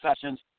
Sessions